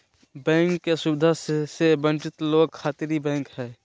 bank के सुविधा से वंचित लोग खातिर ई बैंक हय